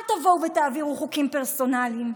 אל תבואו ותעבירו חוקים פרסונליים,